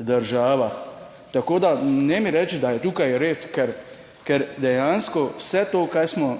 državah. Tako da ne mi reči, da je tukaj red, ker dejansko vse to, kar smo